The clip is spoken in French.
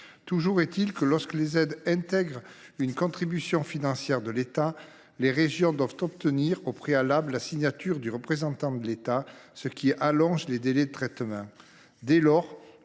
Toujours est il que, lorsque les aides comprennent une contribution financière de l’État, les régions doivent obtenir au préalable la signature du représentant de l’État, ce qui allonge les délais de traitement.